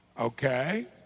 Okay